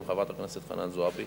חברת הכנסת חנין זועבי.